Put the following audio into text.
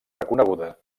reconeguda